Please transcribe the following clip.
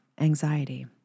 anxiety